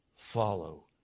Follow